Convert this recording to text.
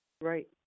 Right